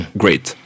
great